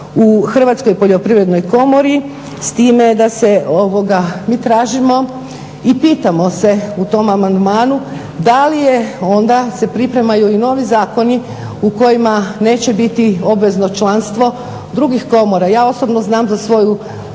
u Hrvatskoj poljoprivrednoj komori s time da se, mi tražimo i pitamo se u tom amandmanu da li je onda se pripremaju i novi zakoni u kojima neće biti obvezno članstvo drugih komora? Ja osobno znam za svoju